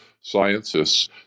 scientists